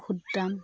বহুত দাম